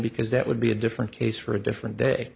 because that would be a different case for a different day